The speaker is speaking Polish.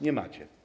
Nie macie.